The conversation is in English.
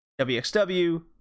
WXW